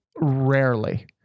rarely